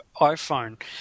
iPhone